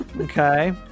Okay